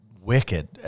wicked